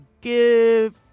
give